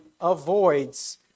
avoids